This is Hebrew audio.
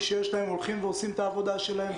שיש להם הם הולכים ועושים את העבודה שלהם,